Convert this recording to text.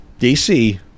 DC